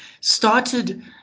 started